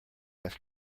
ask